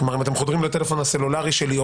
אם אתם חודרים לטלפון הסלולרי שלי או